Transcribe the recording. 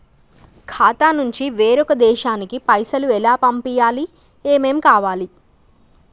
ఖాతా నుంచి వేరొక దేశానికి పైసలు ఎలా పంపియ్యాలి? ఏమేం కావాలి?